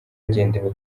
hagendewe